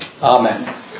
Amen